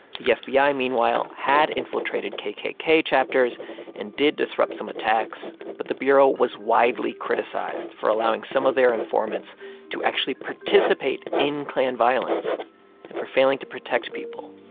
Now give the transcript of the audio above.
the yeah fbi, ah meanwhile, had infiltrated kkk chapters and did disrupt some attacks, but the bureau was widely criticized for allowing some of their informants to actually participate in klan violence and for failing to protect people